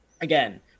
again